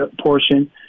portion